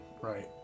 right